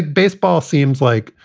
baseball seems like,